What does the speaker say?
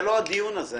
זה לא הדיון הזה.